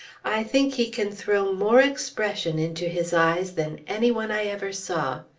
i think he can throw more expression into his eyes than any one i ever saw.